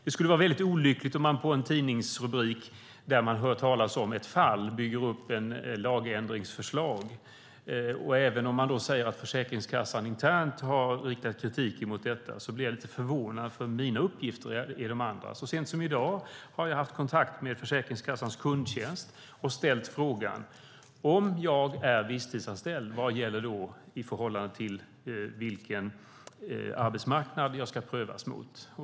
Det skulle vara mycket olyckligt om man på grund av en tidningsrubrik om ett fall bygger upp ett lagändringsförslag. Även om man säger att Försäkringskassan internt har riktat kritik mot detta blir jag lite förvånad eftersom jag har andra uppgifter. Så sent som i dag har jag haft kontakt med Försäkringskassans kundtjänst och ställt frågan: Om jag är visstidsanställd, vad gäller då i förhållande till vilken arbetsmarknad som jag ska prövas mot?